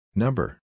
Number